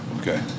Okay